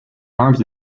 arms